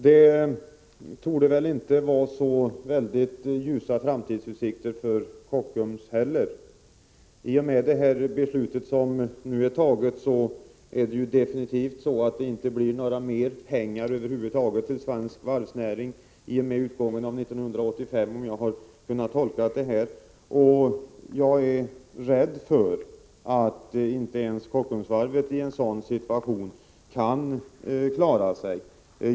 Inte heller för Kockums torde framtidsutsikterna vara så ljusa. I och med det beslut som nu är fattat, blir det definitivt inte mer pengar till svensk varvsnäring över huvud taget i och med utgången av 1985, om jag tolkat det hela rätt. Jag är rädd för att inte ens Kockumsvarvet i en sådan situation kan klara sig.